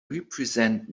represent